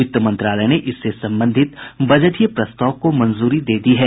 वित्त मंत्रालय ने इससे संबंधित बजटीय प्रस्ताव को मंजूरी दे दी है